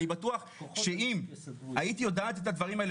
אני בטוח שאם היית יודעת את הדברים האלה,